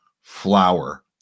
flower